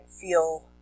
feel